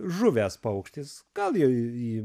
žuvęs paukštis gal jau į